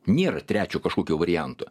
nėra trečio kažkokio varianto